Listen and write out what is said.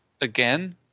again